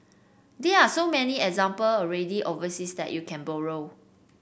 there are so many example already overseas that you can borrow